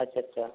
अच्छा अच्छा